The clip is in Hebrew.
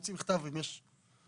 יוציא מכתב אם יש פטור.